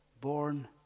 born